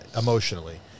emotionally